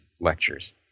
lectures